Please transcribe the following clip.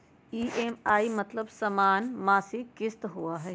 EMI के मतलब समान मासिक किस्त होहई?